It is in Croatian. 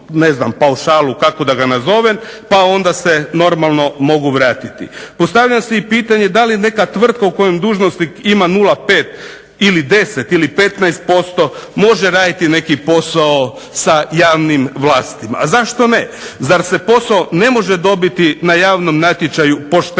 na onom paušalu ili kako da ga nazovem pa onda se normalno mogu vratiti. Postavljam si pitanje da li neka tvrtka u kojem dužnosnik ima 0,5 ili 10 ili 15% može raditi neki posao sa javnim vlastima? A zašto ne. zar se posao ne može dobiti na javnom natječaju pošteno.